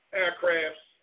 aircrafts